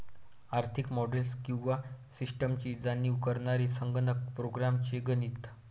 आर्थिक मॉडेल्स किंवा सिस्टम्सची जाणीव करणारे संगणक प्रोग्राम्स चे गणित